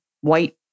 white